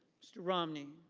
mr. romney.